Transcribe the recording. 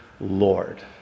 Lord